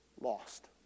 lost